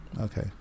Okay